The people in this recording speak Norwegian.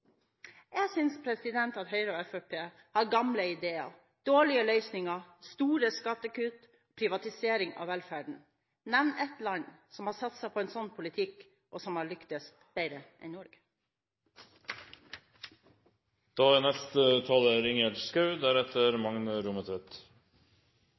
Jeg synes at Høyre og Fremskrittspartiet har gamle ideer og dårlige løsninger: store skattekutt og privatisering av velferden – nevn ett land som har satset på en slik politikk, og som har lyktes bedre enn Norge.